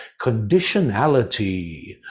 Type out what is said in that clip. conditionality